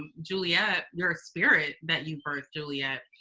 juliet, your spirit, that you birthed juliet,